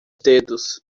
dedos